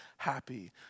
Happy